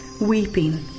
weeping